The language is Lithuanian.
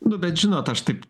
nu bet žinot aš taip